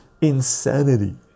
Insanity